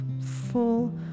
full